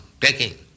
taking